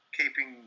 keeping